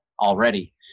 already